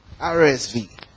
RSV